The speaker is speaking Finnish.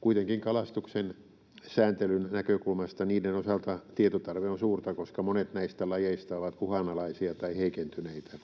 Kuitenkin kalastuksen sääntelyn näkökulmasta niiden osalta tietotarve on suurta, koska monet näistä lajeista ovat uhanalaisia tai heikentyneitä.